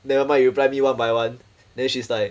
nevermind you reply me one by one then she's like